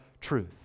truth